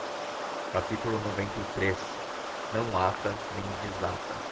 e seus namorados xciii não ata nem desata